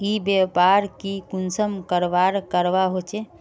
ई व्यापार की कुंसम करवार करवा होचे?